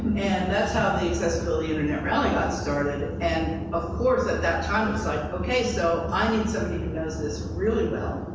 and that's how accessibility internet rally got started, and of course, at that time, it's like, okay, so i need somebody who knows this really well,